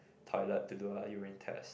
toilet to do a urine test